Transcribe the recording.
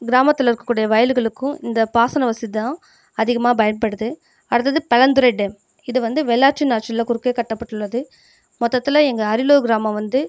கிராமத்தில் இருக்கக்கூடிய வயல்களுக்கும் இந்தப் பாசன வசதி தான் அதிகமாக பயன்படுது அடுத்தது பலந்துறை டேம் இது வந்து வெள்ளாற்றின் ஆற்றில் குறுக்கே கட்டப்பட்டுள்ளது மொத்தத்தில எங்கள் அரியலூர் கிராமம் வந்து